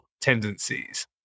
tendencies